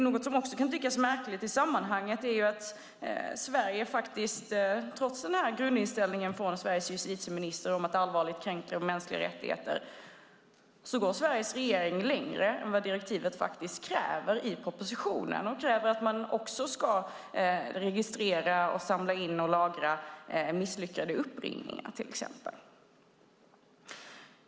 Något som också kan tyckas märkligt i sammanhanget är att Sverige, trots grundinställningen från Sveriges justitieminister om allvarliga kränkningar av mänskliga rättigheter, går Sveriges regering längre i propositionen än vad direktivet faktiskt kräver. De kräver till exempel att man också ska registrera, samla in och lagra misslyckade uppringningar.